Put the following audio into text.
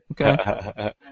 Okay